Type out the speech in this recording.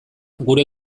gure